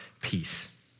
peace